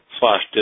slash